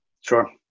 Sure